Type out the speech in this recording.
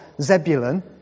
Zebulun